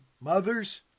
Mother's